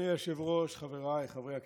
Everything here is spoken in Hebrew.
אדוני היושב-ראש, חבריי חברי הכנסת,